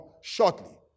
shortly